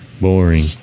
Boring